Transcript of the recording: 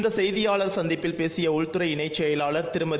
இந்த செய்தியாளர் சந்திப்பில் பேசிய உள்துறை இணைச் செயலாளர் திருமதி